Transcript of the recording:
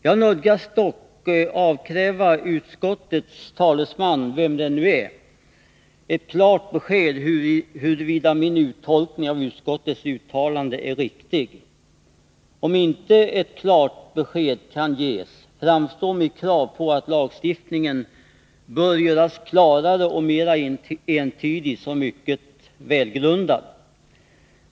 Jag nödgas dock avkräva utskottets talesman, vem det nu är, ett klart besked om huruvida min uttolkning av utskottets uttalande är riktig. Om inte ett klart besked kan ges, framstår mitt krav på att lagstiftningen skall göras klarare och mera entydig som mycket välgrundat.